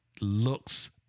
looks